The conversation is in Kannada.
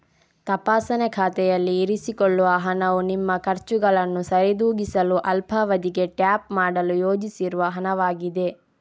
ತಪಾಸಣೆ ಖಾತೆಯಲ್ಲಿ ಇರಿಸಿಕೊಳ್ಳುವ ಹಣವು ನಿಮ್ಮ ಖರ್ಚುಗಳನ್ನು ಸರಿದೂಗಿಸಲು ಅಲ್ಪಾವಧಿಗೆ ಟ್ಯಾಪ್ ಮಾಡಲು ಯೋಜಿಸಿರುವ ಹಣವಾಗಿದೆ